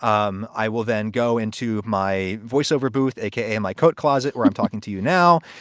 um i will then go into my voiceover booth, a k a. my coat closet, where i'm talking to you now.